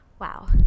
Wow